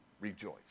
rejoice